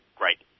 great